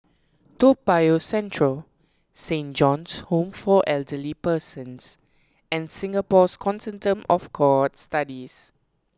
Toa Payoh Central Saint John's Home for Elderly Persons and Singapore's Consortium of Cohort Studies